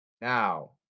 Now